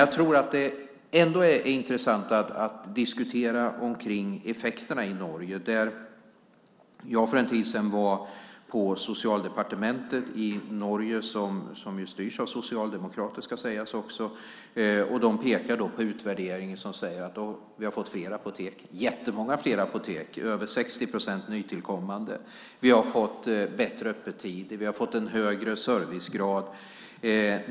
Jag tror ändå att det är intressant att diskutera effekterna i Norge. Jag var för en tid sedan på socialdepartementet i Norge, som ju styrs av socialdemokrater. Man pekar där på en utvärdering som säger att det har blivit jättemånga fler apotek - över 60 procent nytillkommande! Man har fått bättre öppettider och en högre servicegrad.